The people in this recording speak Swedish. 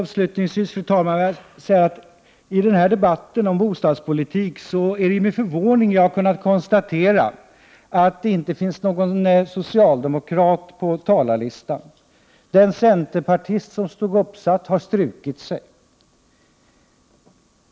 Avslutningsvis vill jag säga att jag i denna debatt om bostadspolitiken med förvåning har kunnat konstatera att det inte finns någon socialdemokrat på talarlistan. Den centerpartist som stod uppsatt har dessutom strukit sig.